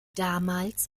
damals